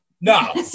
No